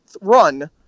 run